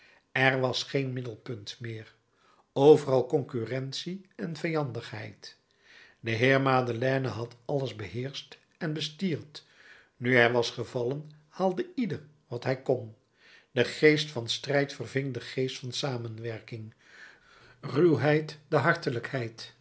er was geen middelpunt meer overal concurrentie en vijandigheid de heer madeleine had alles beheerscht en bestierd nu hij was gevallen haalde ieder wat hij kon de geest van strijd verving den geest van samenwerking ruwheid de hartelijkheid